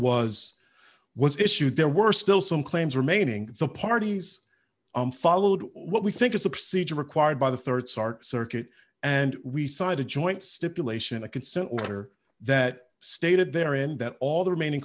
was was issued there were still some claims remaining the parties and followed what we think is a procedure required by the rd sark circuit and we signed a joint stipulation a consent order that stated their end that all the remaining